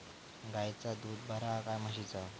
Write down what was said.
गायचा दूध बरा काय म्हशीचा?